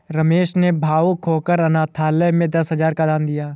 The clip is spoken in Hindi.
सुरेश ने भावुक होकर अनाथालय में दस हजार का दान दिया